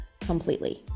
completely